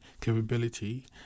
capability